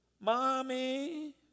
mommy